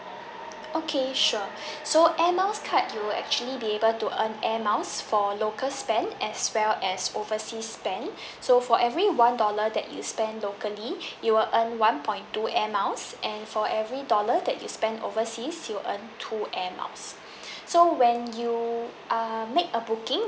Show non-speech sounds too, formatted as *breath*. okay sure *breath* so air miles card you will actually be able to earn air miles for local spend as well as oversea spend *breath* so for every one dollar that you spend locally you will earn one point two air miles and for every dollar that you spent overseas you earn two air miles *breath* so when you err make a booking